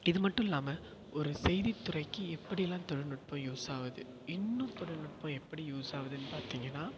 இது மட்டுல்லாமல் ஒரு செய்தித்துறைக்கு எப்படியெல்லாம் தொழில்நுட்பம் யூஸ் ஆகுது இன்னும் தொழில்நுட்பம் எப்படி யூஸ் ஆகுதுன்னு பார்த்தீங்கன்னா